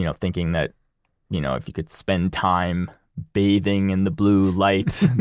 you know thinking that you know if you could spend time bathing in the blue light,